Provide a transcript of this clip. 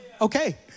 Okay